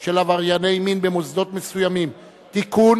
של עברייני מין במוסדות מסוימים (תיקון,